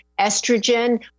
estrogen